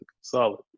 solid